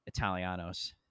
italianos